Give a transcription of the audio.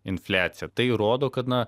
infliaciją tai rodo kad na